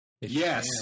Yes